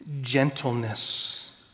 gentleness